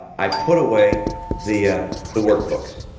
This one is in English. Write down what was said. i put away the the workbooks.